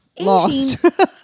Lost